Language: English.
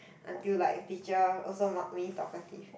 until like teacher also mark me talkative